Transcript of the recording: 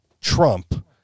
Trump